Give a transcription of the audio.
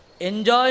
Enjoy